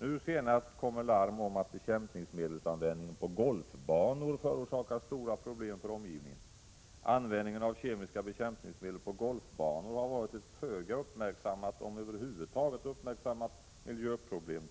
Nu senast kommer larm om att bekämpningsmedelsanvändningen på golfbanor förorsakar stora problem för omgivningen. Användningen av kemiska bekämpningsmedel på golfbanor har varit ett föga uppmärksammat, om över huvud taget uppmärksammat, miljöproblem.